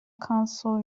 council